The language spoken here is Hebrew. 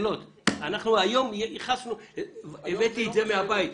היום הבאתי את זה מהבית,